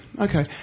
Okay